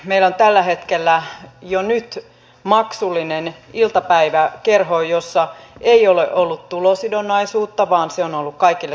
meillä on jo nyt tällä hetkellä maksullinen iltapäiväkerho jossa ei ole ollut tulosidonnaisuutta vaan se on ollut kaikille saman hintaista